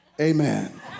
Amen